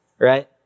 Right